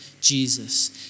Jesus